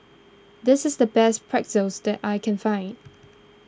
this is the best Pretzel that I can find